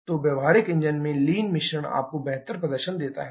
तो व्यावहारिक इंजन में लीन मिश्रण आपको बेहतर प्रदर्शन देता हैं